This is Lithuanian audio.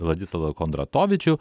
vladislavą kondratovičių